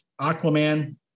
Aquaman